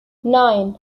nine